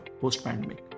post-pandemic